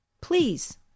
Please